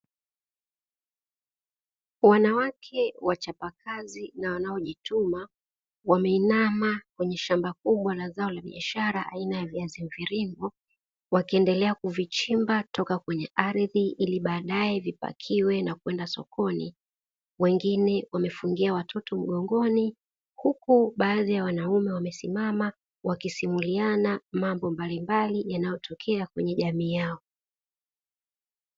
Wanawake wachapakazi na wanaojituma wameinama kwenye shamba kubwa la zao la biashara aina ya viazi mviringo, wakendelea kuvichimba toka kwenye ardhi ili baadaye vipakiwe na kuenda sokoni. Wengine wamefungia watoto mgongoni huku baadhi ya wanaume wamesimama wakisimuliana mambo mbalimbali yanayotokea kwenye jamii yao.